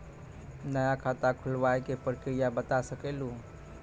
नया खाता खुलवाए के प्रक्रिया बता सके लू?